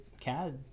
cad